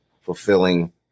fulfilling